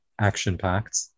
action-packed